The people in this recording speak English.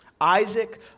Isaac